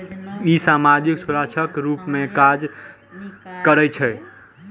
ई सामाजिक सुरक्षाक रूप मे काज करै छै